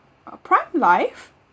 uh prime life